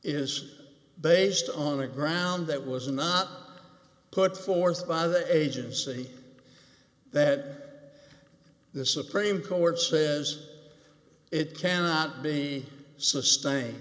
is based on the ground that was not put forth by the agency that the supreme court says it cannot be sustained